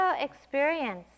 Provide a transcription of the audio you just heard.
experience